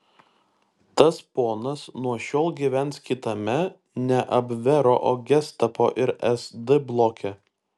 tas ponas nuo šiol gyvens kitame ne abvero o gestapo ir sd bloke